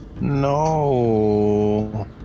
No